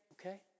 okay